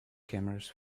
cameras